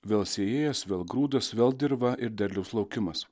vėl sėjėjas vėl grūdas vėl dirva ir derliaus laukimas